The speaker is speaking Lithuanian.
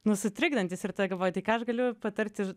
nu sutrikdantys ir tada galvoji tai aš galiu patarti